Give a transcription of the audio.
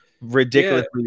ridiculously